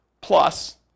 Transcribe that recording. Plus